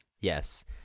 Yes